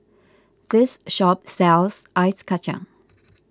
this shop sells Ice Kacang